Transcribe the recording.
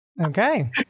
Okay